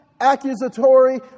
Accusatory